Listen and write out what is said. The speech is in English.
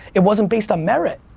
it wasn't based on merit.